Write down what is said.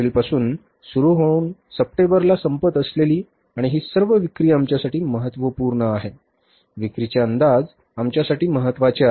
एप्रिलपासून सुरू होऊन सप्टेंबरला संपत असलेली आणि ही सर्व विक्री आमच्यासाठी महत्त्वपूर्ण आहे विक्रीचे अंदाज आमच्यासाठी महत्वाचे आहेत